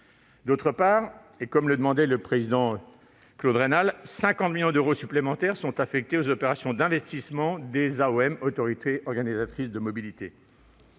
D'autre part, et comme le demandait le président Claude Raynal, 50 millions d'euros supplémentaires sont affectés aux opérations d'investissement des AOM, les autorités organisatrices de la mobilité.